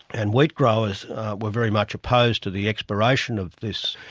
and wheatgrowers were very much opposed to the expiration of this,